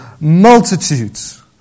multitudes